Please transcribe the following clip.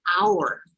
hour